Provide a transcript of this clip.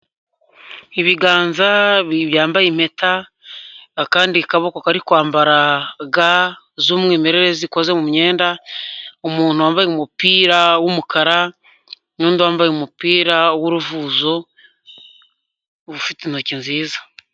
Ibiganza bibiri byambaye impeta, akandi kaboko kari kwambara ga z'umwimerere zikoze mu myenda, umuntu wambaye umupira w’umukara n’undi wambaye umupira w’uruvuzo ufite intoki nziza.